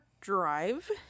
drive